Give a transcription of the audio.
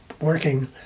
working